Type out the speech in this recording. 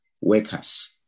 workers